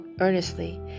earnestly